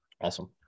awesome